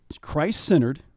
Christ-centered